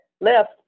left